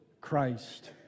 Christ